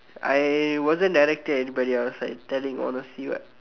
I wasn't directed at anybody else I telling honestly what